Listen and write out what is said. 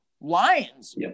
Lions